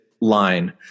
line